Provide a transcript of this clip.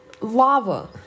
lava